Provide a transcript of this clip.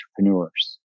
entrepreneurs